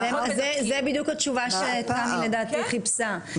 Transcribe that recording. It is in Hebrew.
זה בדיוק התשובה שתמי לדעתי חיפשה,